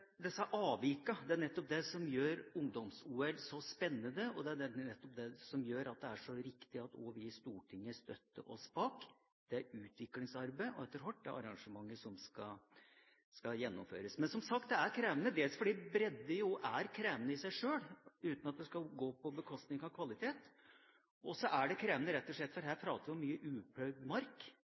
Det er nettopp det som gjør ungdoms-OL så spennende, og det er nettopp det som gjør at det er så riktig at også vi i Stortinget stiller oss bak det utviklingsarbeidet og etter hvert det arrangementet som skal gjennomføres. Men, som sagt, det er krevende, dels fordi bredde jo er krevende i seg sjøl, uten at det skal gå på bekostning av kvalitet, og så er det krevende rett og slett fordi vi her prater om mye